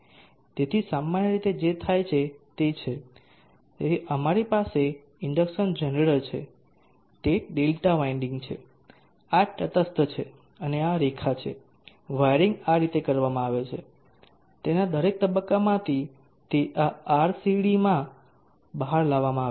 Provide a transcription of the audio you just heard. તેથી સામાન્ય રીતે જે થાય છે તે છે તેથી તમારી પાસે ઇન્ડક્શન જનરેટર છે તે ડેલ્ટા વિન્ડિંગ છે આ તટસ્થ છે અને આ રેખા છે વાયરિંગ આ રીતે કરવામાં આવે છે તેના દરેક તબક્કામાંથી તે આ RCDમાં બહાર લાવવામાં આવે છે